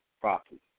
properly